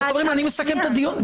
אבל, חברים, אני מסכם את הדיון.